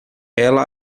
ela